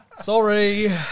Sorry